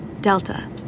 Delta